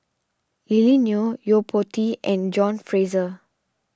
Lily Neo Yo Po Tee and John Fraser